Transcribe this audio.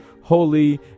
Holy